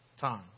time